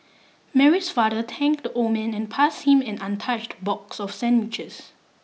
Mary's father thanked the old man and passed him an untouched box of sandwiches